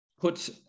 put